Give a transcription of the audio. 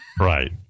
Right